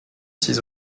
six